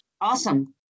Awesome